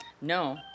no